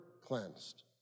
cleansed